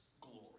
glory